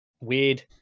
weird